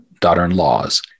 daughter-in-laws